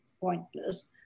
pointless